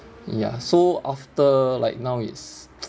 ya so after like now it's